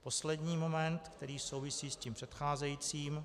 Poslední moment, který souvisí s tím předcházejícím.